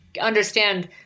understand